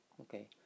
okay